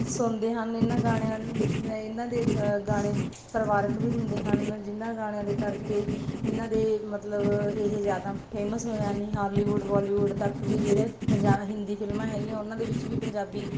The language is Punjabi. ਸੁਣਦੇ ਹਨ ਇਹਨਾਂ ਗਾਣਿਆਂ ਇਹਨਾਂ ਦੇ ਗਾਣੇ ਪਰਿਵਾਰਕ ਵੀ ਹੁੰਦੇ ਹਨ ਜਿਨ੍ਹਾਂ ਗਾਣਿਆਂ ਦੇ ਕਰਕੇ ਇਹਨਾਂ ਦੇ ਮਤਲਬ ਇਹ ਜ਼ਿਆਦਾ ਫੇਮਸ ਹੋ ਜਾਂਦੀ ਹਾਲੀਵੁੱਡ ਬੋਲੀਵੁੱਡ ਤੱਕ ਵੀ ਜਿਹੜੇ ਜਾਂ ਹਿੰਦੀ ਫਿਲਮਾਂ ਹੈਗੀਆਂ ਉਹਨਾਂ ਦੇ ਵਿੱਚ ਵੀ ਪੰਜਾਬੀ